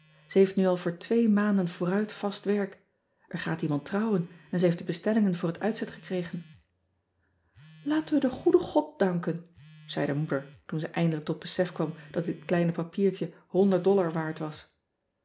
e heeft nu al voor twee maanden vooruit vast work r gaat iemand trouwen en zij heeft de bestellingen voor het uitzet gekregen aten we den goeden od danken zei de moeder ean ebster adertje angbeen toen ze eindelijk tot besef kwam dat dit kleine papiertje waard was